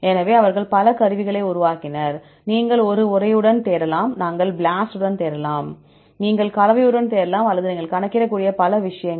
எனவே அவர்கள் பல கருவிகளை உருவாக்கினர் நீங்கள் ஒரு உரையுடன் தேடலாம் நீங்கள் BLAST உடன் தேடலாம் நீங்கள் கலவையுடன் தேடலாம் அல்லது நீங்கள் கணக்கிடக்கூடிய பல விஷயங்கள்